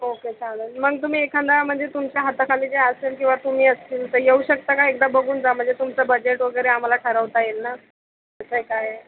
okay चालेल मग तुम्ही एखादा म्हणजे तुमच्या हाताखाली जे असेल किंवा तुम्ही असतील तर येऊ शकता का एकदा बघून जा म्हणजे तुमचं बजेट वगैरे आम्हाला ठरवता येईल ना कसं आहे काय आहे